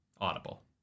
Audible